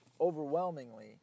overwhelmingly